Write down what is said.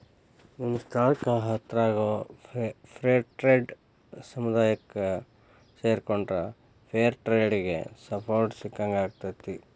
ನಿಮ್ಮ ಸ್ಥಳಕ್ಕ ಹತ್ರಾಗೋ ಫೇರ್ಟ್ರೇಡ್ ಸಮುದಾಯಕ್ಕ ಸೇರಿಕೊಂಡ್ರ ಫೇರ್ ಟ್ರೇಡಿಗೆ ಸಪೋರ್ಟ್ ಸಿಕ್ಕಂಗಾಕ್ಕೆತಿ